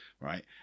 right